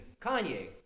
Kanye